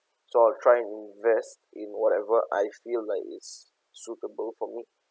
so I'll try and invest in whatever I feel like it's suitable for me